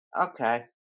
Okay